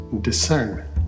discernment